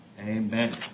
Amen